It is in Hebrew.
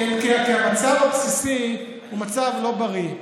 כי המצב הבסיסי הוא מצב לא בריא.